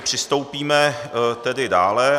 Postoupíme tedy dále.